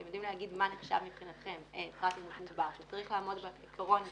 אתם יודעים להגיד מה נחשב מבחינתכם וצריך לעמוד בעיקרון הזה,